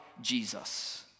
Jesus